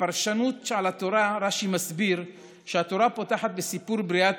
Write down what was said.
בפרשנות על התורה רש"י מסביר שהתורה פותחת בסיפור בריאת